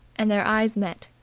and their eyes met.